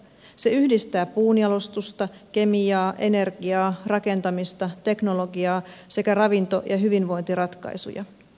se yhdistää puunjalostusta kemiaa energiaa rakentamista teknologiaa sekä ravinto ja hyvinvointiratkaisuja